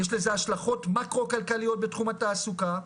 יש לזה השלכות מקרו כלכליות בתחום התעסוקה,